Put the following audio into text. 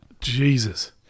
Jesus